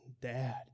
Dad